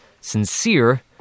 sincere